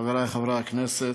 חברי חברי הכנסת,